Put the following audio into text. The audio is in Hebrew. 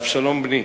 מאבשלום בני.